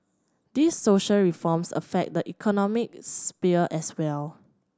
these social reforms affect the economic as well